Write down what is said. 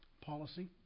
policy